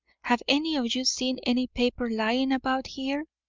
have any of you seen any paper lying about here?